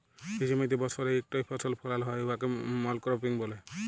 যে জমিতে বসরে ইকটই ফসল ফলাল হ্যয় উয়াকে মলক্রপিং ব্যলে